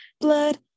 Blood